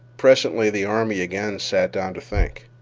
presently the army again sat down to think.